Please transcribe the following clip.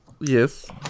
yes